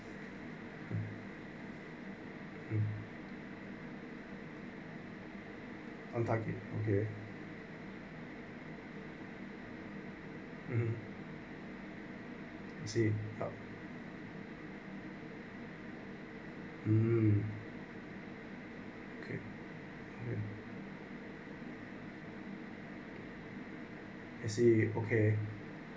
mm one time in okay (uh huh) I see mmhmm okay I see okay